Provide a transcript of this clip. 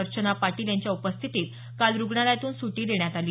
अर्चना पाटील यांच्या उपस्थितीत काल रुग्णालयातून सुटी देण्यात आली